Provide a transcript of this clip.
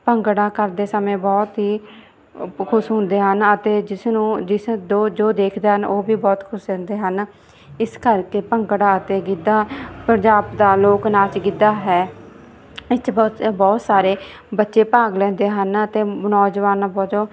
ਭੰਗੜਾ ਕਰਦੇ ਸਮੇਂ ਬਹੁਤ ਹੀ ਖੁਸ਼ ਹੁੰਦੇ ਹਨ ਅਤੇ ਜਿਸ ਨੂੰ ਜਿਸ ਦੋ ਜੋ ਦੇਖਦੇ ਹਨ ਉਹ ਵੀ ਬਹੁਤ ਖੁਸ਼ ਹੁੰਦੇ ਹਨ ਇਸ ਕਰਕੇ ਭੰਗੜਾ ਅਤੇ ਗਿੱਧਾ ਪੰਜਾਬ ਦਾ ਲੋਕ ਨਾਚ ਗਿੱਧਾ ਹੈ ਇਹ 'ਚ ਬਹੁਤ ਬਹੁਤ ਸਾਰੇ ਬੱਚੇ ਭਾਗ ਲੈਂਦੇ ਹਨ ਅਤੇ ਨੌਜਵਾਨ ਵਜੋਂ